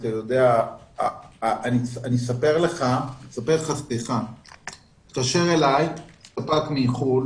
אני אספר לך שהתקשר אלי ספק מחוץ לארץ,